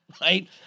Right